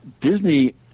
disney